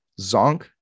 Zonk